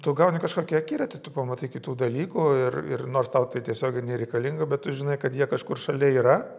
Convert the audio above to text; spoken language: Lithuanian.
tu gauni kažkokį akiratį tu pamatai kitų dalykų ir ir nors tau tai tiesiog ir nereikalinga bet tu žinai kad jie kažkur šalia yra